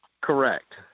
Correct